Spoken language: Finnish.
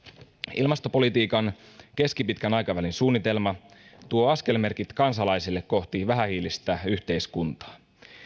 ilmastopolitiikan keskipitkän aikavälin suunnitelma tuo askelmerkit kansalaisille kohti vähähiilistä yhteiskuntaa